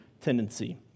tendency